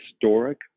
historic